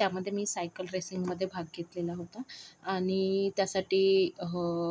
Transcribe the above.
त्यामध्ये मी सायकल रेसिंगमध्ये भाग घेतलेला होता आणि त्यासाठी